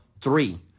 three